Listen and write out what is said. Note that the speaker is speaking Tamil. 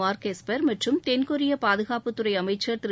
மார்க் எஸ்பர் மற்றும் தென்கொரிய பாதுகாப்புத்துறை அமைச்சர் திரு